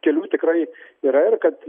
kelių tikrai yra ir kad